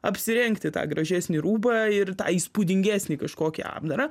apsirengti tą gražesnį rūbą ir tą įspūdingesnį kažkokį apdarą